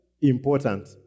important